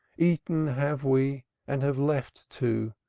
eaten have we and have left, too,